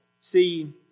see